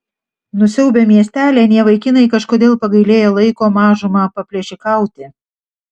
nusiaubę miestelį anie vaikinai kažkodėl pagailėjo laiko mažumą paplėšikauti